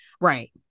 Right